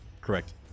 Correct